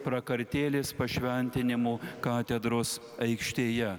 prakartėlės pašventinimu katedros aikštėje